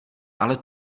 ale